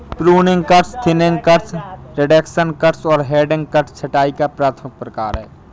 pruning cuts, thinning cuts, reduction cuts और heading cuts छंटाई का प्राथमिक प्रकार हैं